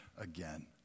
again